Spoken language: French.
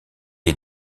est